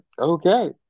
Okay